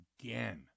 again